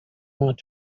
want